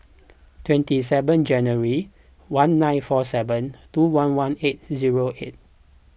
twenty seven January one nine four seven two one one eight zero eight